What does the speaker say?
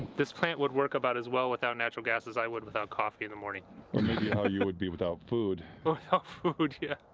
this plant would work about as well without natural gas as i would without coffee in the morning. or maybe how you would be without food food, yeah.